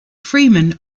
freemen